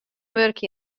wurkje